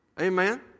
Amen